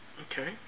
Okay